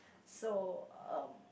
so um